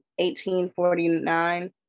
1849